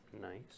nice